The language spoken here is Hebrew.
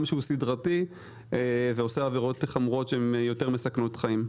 שהוא סדרתי ועושה עבירות חמורות שמסכנות חיים.